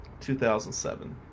2007